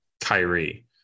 Kyrie